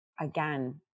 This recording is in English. again